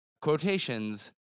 quotations